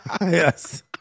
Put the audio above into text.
Yes